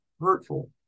hurtful